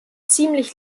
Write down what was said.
ziemlich